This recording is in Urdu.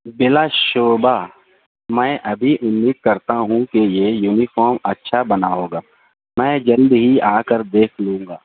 بلا شبہ میں ابھی امید کرتا ہوں کہ یہ یونیفام اچھا بنا ہوگا میں جلد ہی آ کر دیکھ لوں گا